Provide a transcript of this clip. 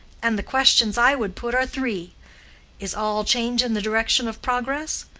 and the questions i would put are three is all change in the direction of progress?